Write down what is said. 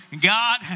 God